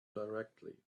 directly